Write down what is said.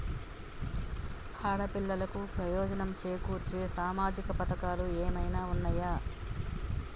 ఆడపిల్లలకు ప్రయోజనం చేకూర్చే సామాజిక పథకాలు ఏమైనా ఉన్నయా?